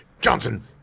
Johnson